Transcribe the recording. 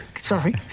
Sorry